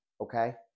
okay